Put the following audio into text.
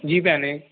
ਜੀ ਭੈਣੇ